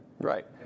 Right